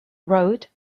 road